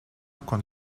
con